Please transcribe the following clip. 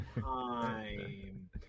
time